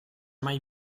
mai